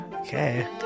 Okay